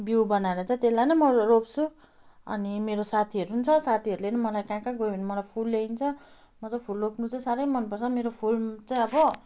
बिउ बनाएर चाहिँ त्यसलाई नै म रोप्छु अनि मेरो साथीहरू नि छ साथीहरूले नि मलाई कहाँ कहाँ गयो भने मलाई फुल ल्याइदिन्छ म त फुल रोप्नु चाहिँ साह्रै मन पर्छ मेरो फुल चाहिँ अब